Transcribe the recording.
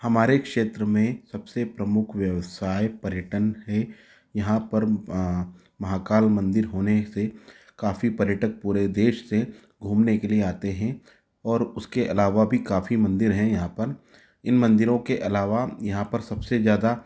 हमारे क्षेत्र में सबसे प्रमुख व्यवसाय पर्यटन है यहाँ पर महाकाल मंदिर होने से काफ़ी पर्यटक पूरे देश से घूमने के लिए आते हैं और उसके अलावा भी काफ़ी मंदिर हैं यहाँ पर इन मंदिरों के अलावा यहाँ पर सबसे ज़्यादा